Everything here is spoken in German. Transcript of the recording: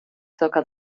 zirka